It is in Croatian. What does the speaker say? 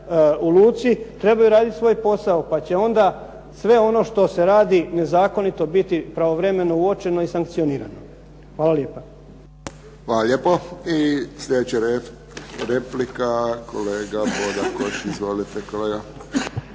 u luci, trebaju raditi svoj posao, pa će onda sve ono što se radi nezakonito biti pravovremeno uočeno i sankcionirano. Hvala lijepa. **Friščić, Josip (HSS)** Hvala lijepo. I slijedeća replika, kolega Bodakoš. Izvolite kolega.